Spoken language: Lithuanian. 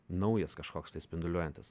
naujas kažkoks tai spinduliuojantis